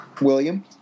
William